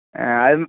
ஆ அதுவும்